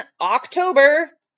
October